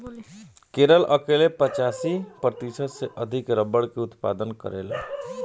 केरल अकेले पचासी प्रतिशत से अधिक रबड़ के उत्पादन करेला